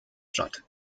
statt